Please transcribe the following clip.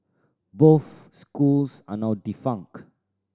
both schools are now defunct